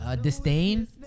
disdain